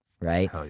right